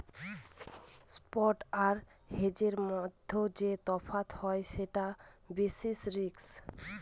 spot আর হেজের মধ্যে যে তফাৎ হয় সেটা বেসিস রিস্ক